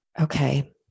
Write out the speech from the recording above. Okay